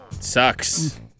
sucks